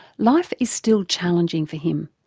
life is still challenging for him,